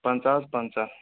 پنٛژاہ حظ پنٛژاہ